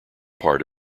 part